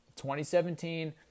2017